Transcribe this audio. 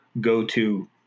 go-to